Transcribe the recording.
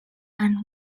and